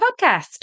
Podcast